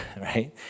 right